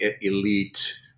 elite